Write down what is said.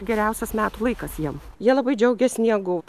geriausias metų laikas jiem jie labai džiaugias sniegu